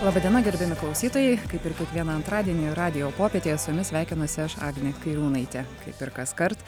laba diena gerbiami klausytojai kaip ir kiekvieną antradienį radijo popietė su jumis sveikinuosi aš agnė kairiūnaitė kaip ir kaskart